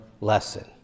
lesson